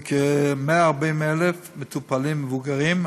בכ-140,000 מטופלים מבוגרים,